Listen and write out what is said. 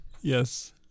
yes